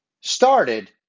started